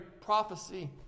prophecy